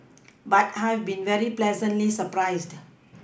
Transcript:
but I've been very pleasantly surprised